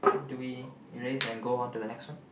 do we erase and go on to the next one